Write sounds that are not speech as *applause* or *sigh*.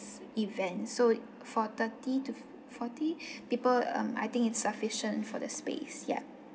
event so for thirty to forty *breath* people um I think it's sufficient for the space yup